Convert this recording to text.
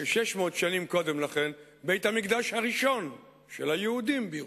כ-600 שנים קודם לכן בית-המקדש הראשון של היהודים בירושלים.